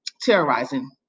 terrorizing